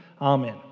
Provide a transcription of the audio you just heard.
Amen